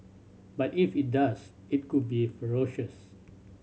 but if it does it could be ferocious